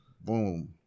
boom